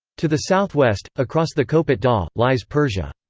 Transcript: to the southwest, across the kopet dagh, lies persia.